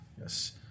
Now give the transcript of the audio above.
Yes